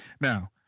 Now